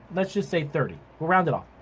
let's just say thirty, round it off,